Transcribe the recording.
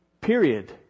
period